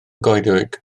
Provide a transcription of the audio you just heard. goedwig